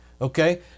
Okay